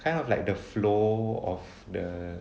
kind of like the flow of the